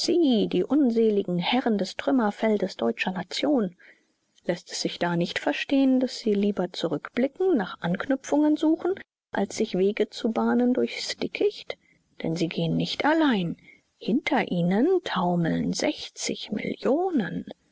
die unseligen herren des trümmerfeldes deutscher nation läßt es sich da nicht verstehen daß sie lieber zurückblickend nach anknüpfungen suchen als sich wege zu bahnen durchs dickicht denn sie gehen nicht allein hinter ihnen taumeln millionen